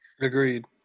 agreed